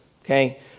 okay